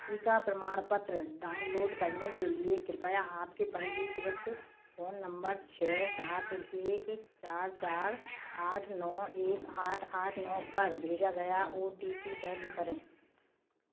टीका प्रमाणपत्र डाउनलोड करने के लिए कृपया आपके पंजीकृत फ़ोन नम्बर छः सात एक चार चार आठ नौ एक आठ आठ नौ पर भेजा गया ओ टी पी दर्ज करें